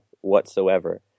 whatsoever